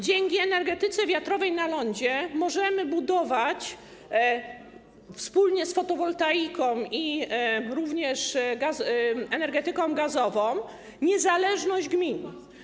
Dzięki energetyce wiatrowej na lądzie możemy budować wspólnie z fotowoltaiką i energetyką gazową niezależność gmin.